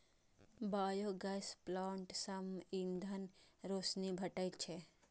biogas plant सं ईंधन, रोशनी भेटै छै